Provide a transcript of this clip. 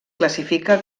classifica